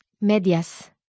Medias